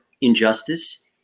injustice